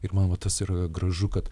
ir man va tas yra gražu kad